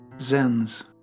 Zen's